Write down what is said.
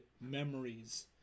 memories